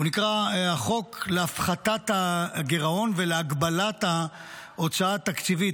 הוא נקרא החוק להפחתת הגירעון ולהגבלת ההוצאה התקציבית.